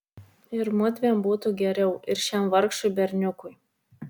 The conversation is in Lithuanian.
ir mudviem būtų geriau ir šiam vargšui berniukui